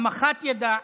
המח"ט ידע,